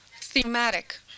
thematic